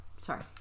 Sorry